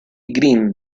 greene